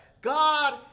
God